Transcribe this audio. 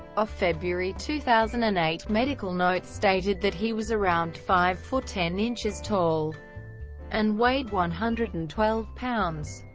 a february two thousand and eight medical note stated that he was around five foot ten inches tall and weighed one hundred and twelve pounds.